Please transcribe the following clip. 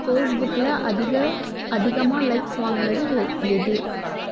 பேஸ்புக்கில் அதிக அதிகமாக லைக்ஸ் வாங்கினது எது